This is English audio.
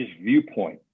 viewpoint